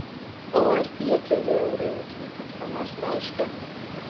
o ar tie keli eurai ūkininkams ką nors reiškia